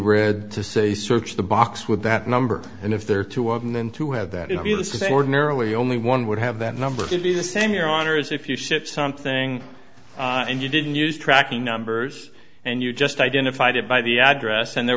read to say search the box with that number and if there are two of them then to have that it be the same ordinarily only one would have that number to be the same your honor is if you ship something and you didn't use tracking numbers and you just identified it by the address and there